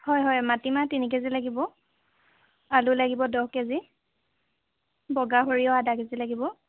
হয় হয় মাটিমাহ তিনিকেজি লাগিব আলু লাগিব দহকেজি বগা সৰিয়হ আধাকেজি লাগিব